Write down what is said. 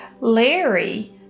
Larry